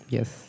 Yes